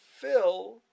fill